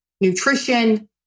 nutrition